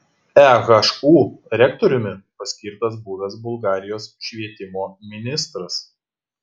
ehu rektoriumi paskirtas buvęs bulgarijos švietimo ministras